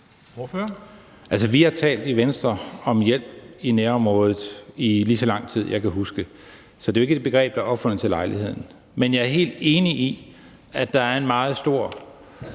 vi har i Venstre talt om hjælp i nærområdet i lige så lang tid, jeg kan huske, så det er jo ikke et begreb, der er opfundet til lejligheden. Men jeg er helt enig i, at der er en meget stor